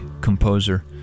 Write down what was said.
composer